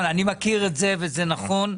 אני מכיר את זה וזה נכון,